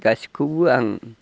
गासिबखौबो आं